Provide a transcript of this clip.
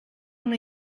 una